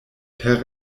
per